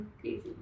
crazy